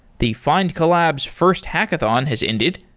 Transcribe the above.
the findcollabs first hackathon has ended.